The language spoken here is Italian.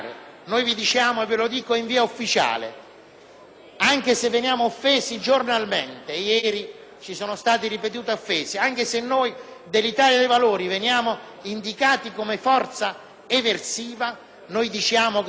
ci sono state ripetute offese), anche se noi dell'Italia dei Valori veniamo indicati come forza eversiva, vi diciamo che di fronte ai problemi seri della nostra gente e della nostra Nazione noi vogliamo collaborare.